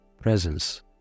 presence